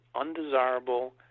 undesirable